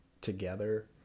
together